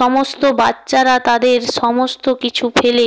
সমস্ত বাচ্চারা তাদের সমস্ত কিছু ফেলে